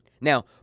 Now